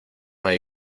hay